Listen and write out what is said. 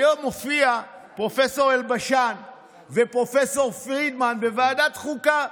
היום הופיעו פרופ' אלבשן ופרופ' פרידמן בוועדת חוקה.